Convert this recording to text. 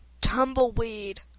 tumbleweed